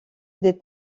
des